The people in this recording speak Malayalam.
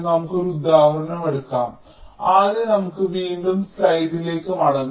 നമുക്ക് ഒരു ഉദാഹരണം എടുക്കാം ആദ്യം നമുക്ക് വീണ്ടും സ്ലൈഡിലേക്ക് മടങ്ങാം